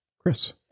Chris